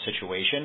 situation